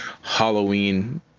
Halloween